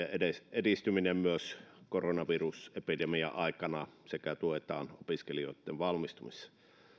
edistyminen myös koronavirusepidemian aikana sekä tuetaan opiskelijoitten valmistumista